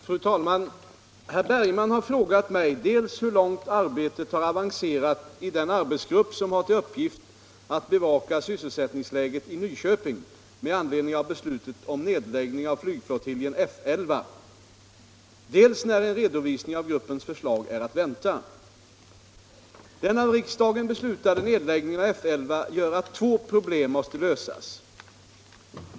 Fru talman! Herr Bergman i Nyköping har frågat mig dels hur långt arbetet har avancerat i den arbetsgrupp som har till uppgift att bevaka sysselsättningsläget i Nyköping med anledning av beslutet om nedläggning av flygflottiljen F 11, dels när en redovisning av gruppens förslag är att vänta. Den av riksdagen beslutade nedläggningen av F 11 gör att två problem måste lösas.